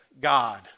God